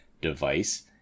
device